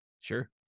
Sure